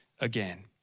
again